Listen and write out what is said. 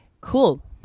Cool